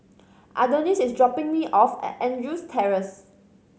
Adonis is dropping me off at Andrews Terrace